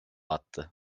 attı